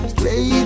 play